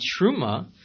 truma